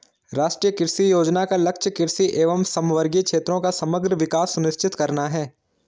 राष्ट्रीय कृषि योजना का लक्ष्य कृषि एवं समवर्गी क्षेत्रों का समग्र विकास सुनिश्चित करना है